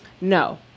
No